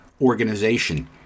organization